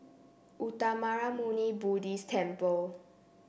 Uttamayanmuni Buddhist Temple